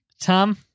Tom